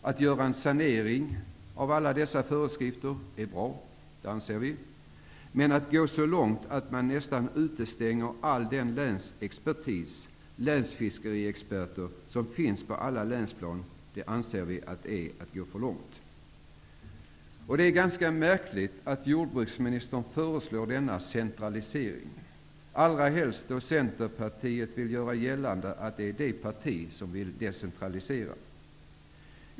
Att göra en sanering av alla dessa föreskrifter är bra -- det anser vi. Men att gå så lång att man utestänger all länsexpertis, alla de länsfiskeriexperter som finns på alla länsplan, är att gå för långt. Det är ganska märkligt att jordbruksministern föreslår denna centralisering, allra helst då Centerpartiet vill göra gällande att det är det parti som vill decentralisera.